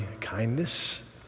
kindness